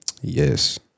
Yes